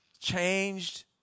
changed